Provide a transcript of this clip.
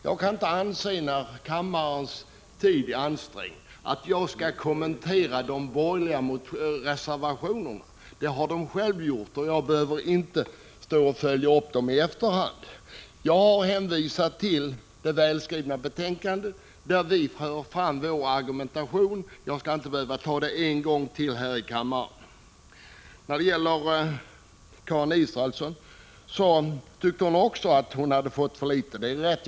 Jag kan inte inse att jag skall behöva kommentera de borgerliga reservationerna, när kammarens tid är ansträngd. Det har de borgerliga själva gjort, och jag behöver inte stå här och följa upp dem i efterhand. Jag har redan hänvisat till det välskrivna betänkandet, där vi för fram vår argumentation. Det skall jag inte behöva göra en gång till här i kammaren. Även Karin Israelsson tyckte att hon hade fått för litet uppmärksamhet.